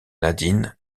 nadine